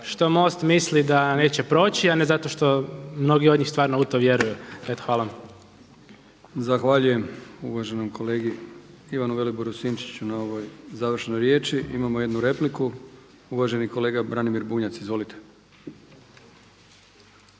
što MOST misli da neće proći a ne zato što mnogi od njih stvarno u to vjeruju. Eto hvala vam. **Brkić, Milijan (HDZ)** Zahvaljujem uvaženom kolegi Ivanu Viliboru Sinčiću na ovoj završnoj riječi. Imamo jednu repliku uvaženi kolega Branimir Bunjac. Izvolite.